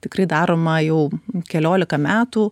tikrai daroma jau keliolika metų